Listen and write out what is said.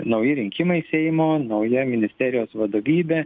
nauji rinkimai seimo nauja ministerijos vadovybė